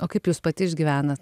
o kaip jūs pati išgyvenat